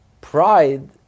Pride